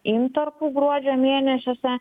intarpų gruodžio mėnesiuose